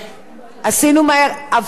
עשינו מהר, אף צלחנו את זה.